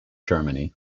germany